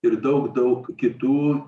ir daug daug kitų